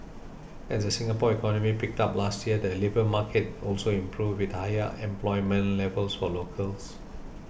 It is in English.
as the Singapore economy picked up last year the labour market also improved with higher employment levels for locals